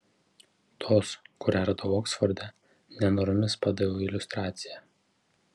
tos kurią radau oksforde nenoromis padaviau iliustraciją